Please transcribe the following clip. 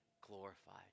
glorified